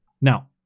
Now